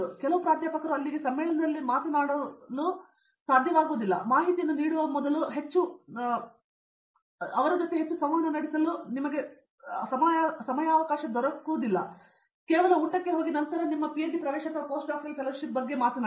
ಕೆಲವು ಪ್ರಾಧ್ಯಾಪಕರು ಅಲ್ಲಿಗೆ ಸಮ್ಮೇಳನದಲ್ಲಿ ಮಾತನಾಡುವುದನ್ನು ಕಂಡುಕೊಳ್ಳಲು ಸಾಧ್ಯವಾಗುವುದಿಲ್ಲ ಮಾಹಿತಿಯನ್ನು ನೀಡುವ ಮೊದಲು ಹೆಚ್ಚು ಮೂಲದ ರೀತಿಯಲ್ಲಿ ಅವರೊಂದಿಗೆ ಸಂವಹನ ನಡೆಸಲು ನಿಮಗೆ ಸಹಾಯ ಮಾಡುತ್ತಾರೆ ಕೇವಲ ಊಟಕ್ಕೆ ಹೋಗಿ ನಂತರ ನಿಮ್ಮ ಪಿಎಚ್ಡಿ ಪ್ರವೇಶ ಅಥವಾ ಪೋಸ್ಟ್ ಡಾಕ್ಟೋರಲ್ ಫೆಲೋಶಿಪ್ ಬಗ್ಗೆ ಮಾತನಾಡಿ